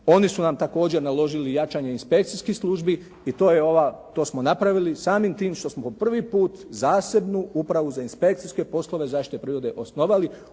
Oni su nam također naložili i jačanje inspekcijskih službi i to je ova, to smo napravili samim tim što smo po prvi put zasebnu Upravu za inspekcijske poslove zaštite prirode osnovali